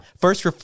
First